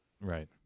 right